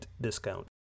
discount